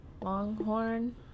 Longhorn